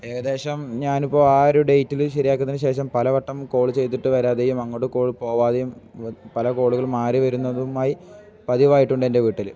ഏകദേശം ഞാൻ ഇപ്പോൾ ആ ഒരു ഡേറ്റിൽ ശരിയാക്കിയതിന് ശേഷം പലവട്ടം കോൾ ചെയ്തിട്ട് വരാതെയും അങ്ങോട്ട് കോൾ പോവാതെയും പല കോളുകൾ മാറി വരുന്നതുമായി പതിവായിട്ടുണ്ട് എൻ്റെ വീട്ടിൽ